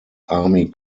army